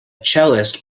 cellist